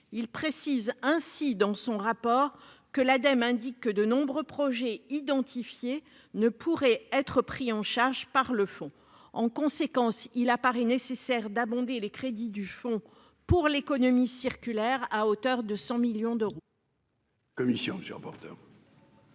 le précise ainsi dans son rapport, l'Ademe indique que de nombreux projets identifiés ne pourront être pris en charge par le fonds. En conséquence, il paraît nécessaire d'abonder les crédits du fonds économie circulaire à hauteur de 100 millions d'euros. Quel est l'avis de